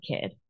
kid